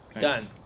Done